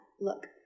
look